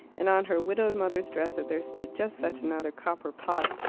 and on her widowed mother's dresser there stood just such another copper pot.